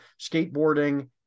skateboarding